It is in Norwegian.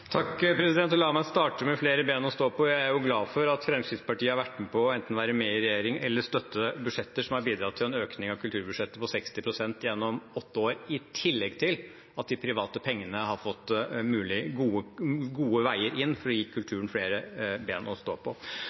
La meg starte med «flere ben å stå på»: Jeg er glad for at Fremskrittspartiet har vært med på enten å være med i regjering eller å støtte budsjetter som har bidratt til en økning av kulturbudsjettet på 60 pst. gjennom åtte år, i tillegg til at de private pengene har fått gode veier inn for å gi kulturen flere ben å stå på.